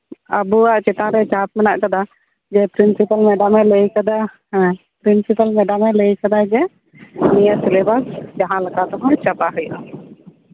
ᱟᱨ ᱟᱵᱚᱣᱟᱜ ᱪᱮᱛᱟᱱᱨᱮ ᱪᱟᱯ ᱢᱮᱱᱟᱜ ᱠᱟᱫᱟ ᱡᱮ ᱯᱨᱤᱱᱥᱤᱯᱟᱞ ᱢᱮᱰᱟᱢᱮ ᱞᱟᱹᱭ ᱠᱟᱫᱟ ᱦᱮᱸ ᱯᱨᱤᱱᱥᱤᱯᱟᱞ ᱢᱮᱰᱟᱢᱮ ᱞᱟᱹᱭ ᱠᱟᱫᱟ ᱡᱮ ᱱᱤᱟᱹ ᱥᱤᱞᱮᱵᱟᱥ ᱡᱟᱸᱦᱟ ᱞᱮᱠᱟᱛᱮᱦᱚᱸ ᱪᱟᱵᱟ ᱦᱩᱭᱩᱜᱼᱟ